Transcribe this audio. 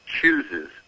chooses